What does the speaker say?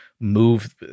move